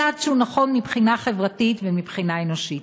צעד שהוא נכון מבחינה חברתית ומבחינה אנושית.